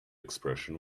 expression